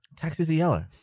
texas yellow